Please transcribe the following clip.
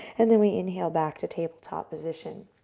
and then we inhale back to tabletop position.